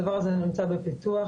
הדבר הזה נמצא בפיתוח